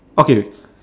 okay